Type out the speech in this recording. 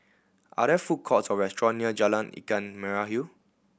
are there food courts or restaurant near Jalan Ikan Merah Hill